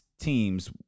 teams